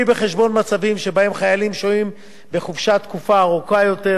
בחשבון מצבים שבהם חיילים שוהים בחופשה תקופה ארוכה יותר,